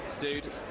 dude